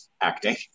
acting